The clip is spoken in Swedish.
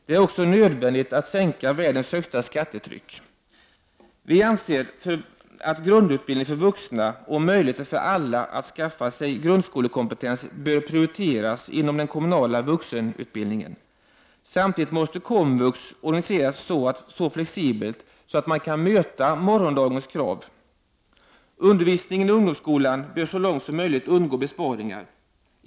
Det är också nödvändigt att sänka världens högsta skattetryck. Vi anser att grundutbildning för vuxna och möjligheter för alla att skaffa sig grundskolekompetens bör prioriteras inom den kommunala vuxenutbildningen. Samtidigt måste komvux organiseras så flexibelt att man kan möta morgondagens krav. Undervisningen i ungdomsskolan bör så långt som möjligt undgå besparingar.